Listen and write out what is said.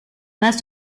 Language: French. pas